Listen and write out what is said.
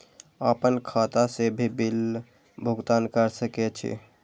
आपन खाता से भी बिल भुगतान कर सके छी?